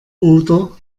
oder